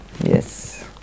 Yes